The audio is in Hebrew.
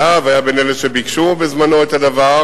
היה, והיה בין אלה שבזמנם ביקשו את הדבר.